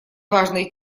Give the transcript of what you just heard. важной